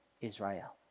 Israel